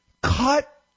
Cut